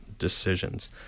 Decisions